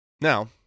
Now